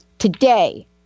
Today